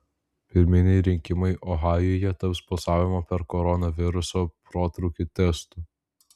pirminiai rinkimai ohajuje taps balsavimo per koronaviruso protrūkį testu